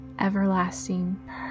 everlasting